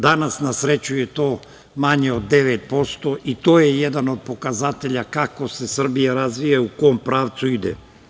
Danas na sreću je to manje od 9% i to je jedan od pokazatelja kako se Srbija razvija i u kom pravcu ide.